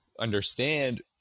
Understand